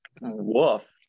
woof